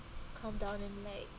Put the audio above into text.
calm down and like